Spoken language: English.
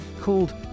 called